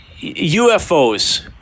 UFOs